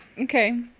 Okay